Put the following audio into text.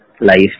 Life